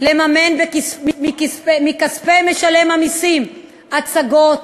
לממן מכספי משלם המסים הצגות